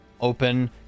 open